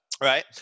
Right